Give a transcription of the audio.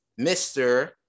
Mr